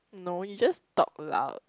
no you just talk loud